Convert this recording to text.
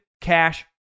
cash